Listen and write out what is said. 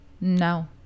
No